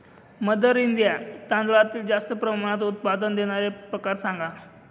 mother India तांदळातील जास्त प्रमाणात उत्पादन देणारे प्रकार सांगा